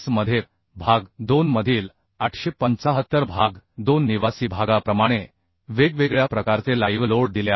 मध्येः भाग 2 मधील 875 भाग 2 निवासी भागाप्रमाणे वेगवेगळ्या प्रकारचे लाईव्ह लोड दिले आहेत